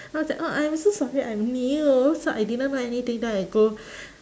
then I was like oh I am so sorry I am new so I didn't know anything then I go